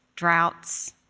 droughts,